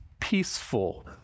peaceful